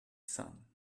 sun